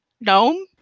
gnome